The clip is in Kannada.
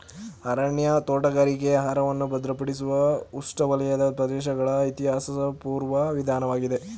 ಅರಣ್ಯ ತೋಟಗಾರಿಕೆಯು ಆಹಾರವನ್ನು ಭದ್ರಪಡಿಸುವ ಉಷ್ಣವಲಯದ ಪ್ರದೇಶಗಳ ಇತಿಹಾಸಪೂರ್ವ ವಿಧಾನವಾಗಿದೆ